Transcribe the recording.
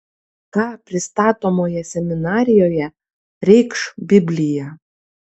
ką pristatomoje seminarijoje reikš biblija